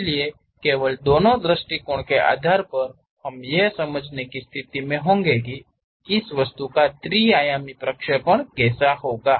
इसलिए केवल दोनों दृष्टिकोणों के आधार पर हम यह समझने की स्थिति में होंगे कि इस वस्तु का त्रि आयामी प्रक्षेपण कैसे होगा